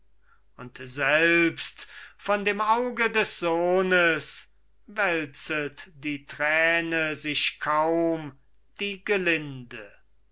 und selbst von dem auge des sohnes wälzet die träne sich kaum die gelinde